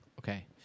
Okay